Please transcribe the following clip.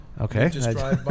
Okay